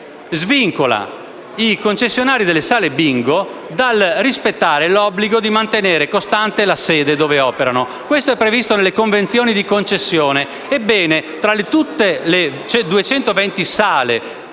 svincola i concessionari delle sale bingo dal rispettare l'obbligo di mantenere costante la sede in cui operano, come previsto nelle convenzioni di concessione.